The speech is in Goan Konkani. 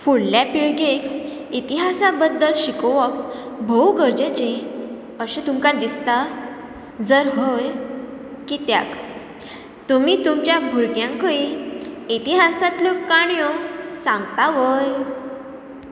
फुडल्या पिळगेक इतिहासा बद्दल शिकोवप भोव गरजेचें अशें तुमका दिसता जर हय कित्याक तुमी तुमच्या भुरग्यांकूय इतिहासांतल्यो काणयो सांगता व्हय